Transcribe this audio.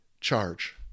charge